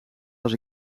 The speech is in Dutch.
was